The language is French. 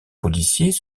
policiers